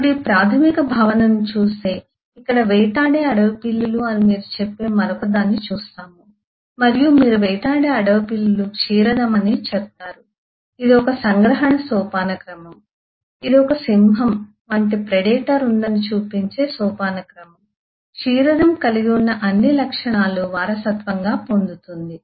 ఇప్పుడు ఈ ప్రాధమిక భావనను చూస్తే ఇక్కడ వేటాడే అడవి పిల్లులు అని మీరు చెప్పే మరొకదాన్ని చూస్తాము మరియు మీరు వేటాడే అడవి పిల్లులు క్షీరదం అని చెప్తారు ఇది ఒక సంగ్రహణ సోపానక్రమం ఇది ఒక సింహం వంటి ప్రెడేటర్ ఉందని చూపించే సోపానక్రమం క్షీరదం కలిగి ఉన్న అన్ని లక్షణాలు వారసత్వంగా పొందుతుంది